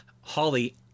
Holly